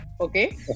Okay